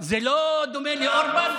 זה לא דומה לאורבן?